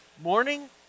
morning